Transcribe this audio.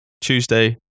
Tuesday